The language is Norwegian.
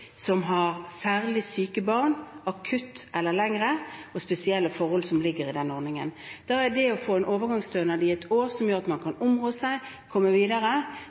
som har særlig syke barn – akutt eller lenger – og med spesielle forhold som ligger i ordningen. Da er det å få en overgangsstønad ett år, sånn at man kan områ seg og komme videre,